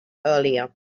earlier